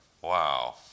Wow